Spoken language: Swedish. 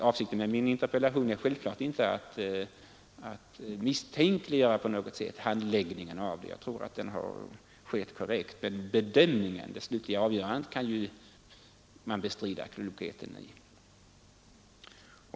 Avsikten med min interpellation är naturligtvis inte att misstänkliggöra handläggningen av denna fråga — den tror jag har varit korrekt — men det slutgiltiga avgörandet kan man bestrida klokheten i.